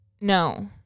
No